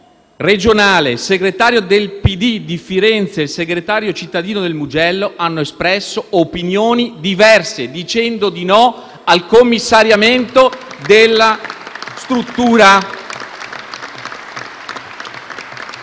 regionale, il segretario del PD di Firenze e il segretario cittadino del Mugello hanno espresso opinioni diverse, dicendo di no al commissariamento della struttura!